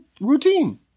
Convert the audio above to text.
routine